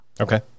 Okay